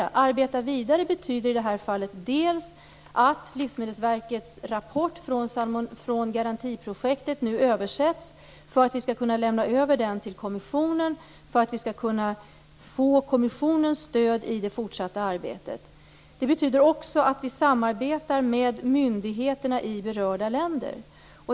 Att vi arbetar vidare betyder i det här fallet bl.a. att Livsmedelsverkets rapport från garantiprojektet nu översätts för att kunna överlämnas till kommissionen, så att vi skall kunna få kommissionens stöd i det fortsatta arbetet. Det betyder också att vi samarbetar med myndigheterna i berörda länder.